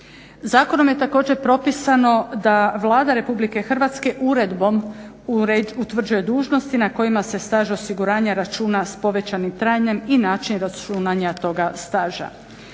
Zakonom je također propisano da Vlada Republike Hrvatske uredbom utvrđuje dužnosti na kojima se staž osiguranja računa s povećanim trajanjem i način računanja toga staža.